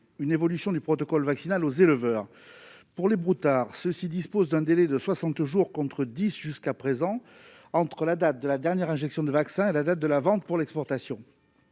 une évolution du protocole vaccinal aux éleveurs. Pour les broutards, ils disposent d'un délai de soixante jours, contre dix jours jusqu'à présent, entre la date de la dernière injection de vaccin et la date de la vente pour l'exportation.